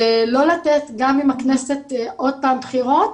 זה לא לתת, גם אם הכנסת עוד פעם בחירות,